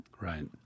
Right